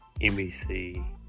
NBC